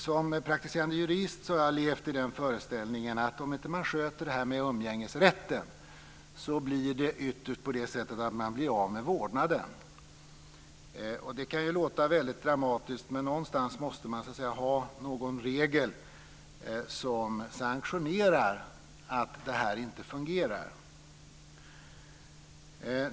Som praktiserande jurist har jag levt i föreställningen att om man inte sköter umgängesrätten så blir man ytterst av med vårdnaden. Det kan låta väldigt dramatiskt, men någonstans måste man ha en regel som sanktionerar att det hela inte fungerar.